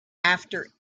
after